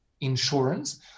insurance